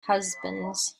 husbands